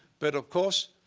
but, of course,